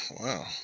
Wow